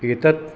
एतत्